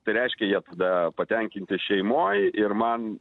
tai reiškia jie tada patenkinti šeimoj ir man